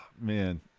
Man